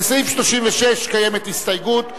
לסעיף 36 קיימת הסתייגות,